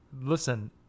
listen